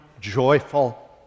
joyful